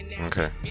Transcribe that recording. Okay